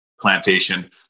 plantation